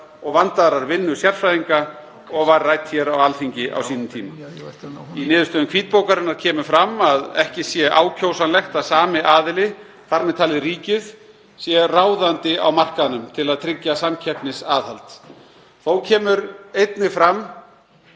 og vandaðrar vinnu sérfræðinga og var rædd hér á Alþingi á sínum tíma. Í niðurstöðum hvítbókarinnar kemur fram að ekki sé ákjósanlegt að sami aðili, þar með talið ríkið, sé ráðandi á markaðnum til að tryggja samkeppnisaðhald. Þó kemur einnig fram